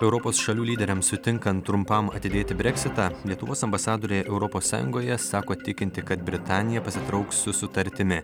europos šalių lyderiams sutinkant trumpam atidėti breksitą lietuvos ambasadorė europos sąjungoje sako tikinti kad britanija pasitrauks su sutartimi